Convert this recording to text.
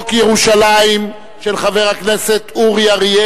חוק ומשפט נתקבלה.